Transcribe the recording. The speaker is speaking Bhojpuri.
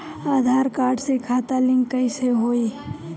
आधार कार्ड से खाता लिंक कईसे होई?